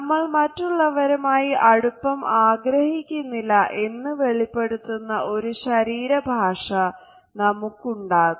നമ്മൾ മറ്റുള്ളവരുമായി അടുപ്പം ആഗ്രഹിക്കുന്നില്ല എന്ന് വെളിപ്പെടുത്തുന്ന ഒരു ശരീരഭാഷ നമുക്കുണ്ടാകും